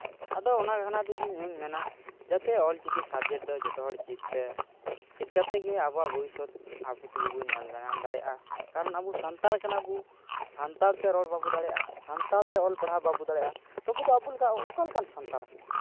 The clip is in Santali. ᱟᱫᱚ ᱚᱱᱟ ᱛᱮᱜᱮ ᱤᱧ ᱦᱚᱸᱧ ᱢᱮᱱᱟ ᱡᱟᱛᱮ ᱚᱞ ᱪᱤᱠᱤ ᱥᱟᱵᱽᱡᱮᱠᱴ ᱫᱚ ᱡᱷᱚᱛᱚ ᱦᱚᱲ ᱪᱮᱫ ᱯᱮ ᱪᱮᱫ ᱠᱟᱛᱮᱫ ᱜᱮ ᱟᱵᱚᱣᱟᱜ ᱵᱷᱚᱵᱤᱥᱚᱛ ᱟᱵᱚ ᱛᱮᱜᱮ ᱵᱚᱱ ᱧᱮᱞ ᱫᱟᱨᱟᱢ ᱫᱟᱲᱮᱭᱟᱜᱼᱟ ᱠᱟᱨᱚᱱ ᱟᱵᱚ ᱥᱟᱱᱛᱟᱲ ᱠᱟᱱᱟ ᱵᱚᱱ ᱥᱟᱱᱛᱟᱲ ᱛᱮ ᱨᱚᱲ ᱵᱟᱵᱚᱱ ᱫᱟᱲᱮᱭᱟᱜᱼᱟ ᱥᱟᱱᱛᱟᱲ ᱛᱮ ᱚᱞ ᱯᱟᱲᱦᱟᱣ ᱵᱟᱝᱵᱚᱱ ᱫᱟᱲᱮᱭᱟᱜᱼᱟ ᱛᱚᱵᱮ ᱛᱚ ᱟᱵᱚ ᱫᱚ ᱚᱠᱟ ᱞᱮᱠᱟᱱ ᱥᱟᱱᱛᱟᱲ